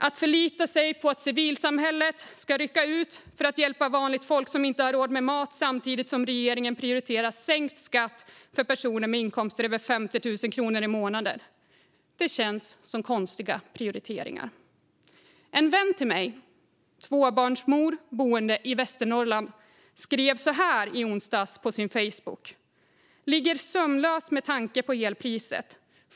Att förlita sig på att civilsamhället ska rycka ut för att hjälpa vanligt folk som inte har råd med mat samtidigt som regeringen prioriterar sänkt skatt för personer med inkomster över 50 000 kronor i månaden - det känns som mycket konstiga prioriteringar. En vän till mig, tvåbarnsmor boende i Västernorrland, skrev i onsdags på Facebook: Ligger sömnlös med tanke på elpriset.